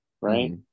Right